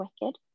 wicked